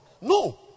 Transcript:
No